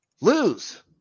lose